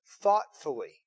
thoughtfully